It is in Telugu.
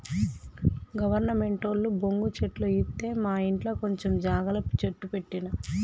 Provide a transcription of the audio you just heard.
గవర్నమెంటోళ్లు బొంగు చెట్లు ఇత్తె మాఇంట్ల కొంచం జాగల గ చెట్లు పెట్టిన